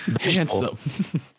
handsome